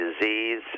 disease